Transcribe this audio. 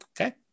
Okay